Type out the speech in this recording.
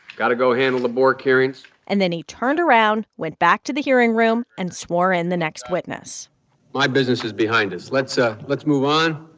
got to go handle the bork hearings and then he turned around, went back to the hearing room and swore in the next witness my business is behind us. let's ah let's move on.